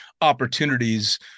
opportunities